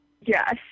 Yes